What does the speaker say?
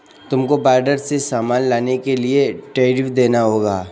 तुमको बॉर्डर से सामान लाने के लिए टैरिफ देना होगा